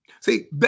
See